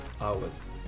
hours